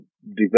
develop